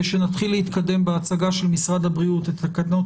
שנתחיל להתקדם בהצגה של משרד הבריאות את התקנות,